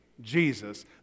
Jesus